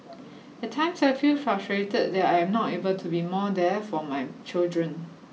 at times I feel frustrated that I am not able to be more there for my children